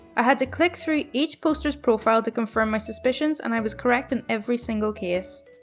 i had to click through each poster's profile to confirm my suspicious, and i was correct in every single case.